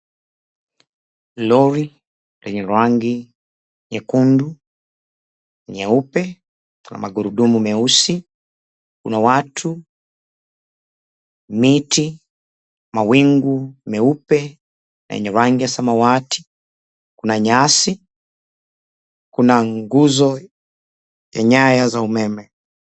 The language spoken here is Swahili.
Lori lenye rangi nyekundu, nyeupe na magurudumu meusi, kuna watu, miti, mawingu meupe yenye rangi ya samawati, kuna nyasi, kuna nguzo na nyaya za umeme.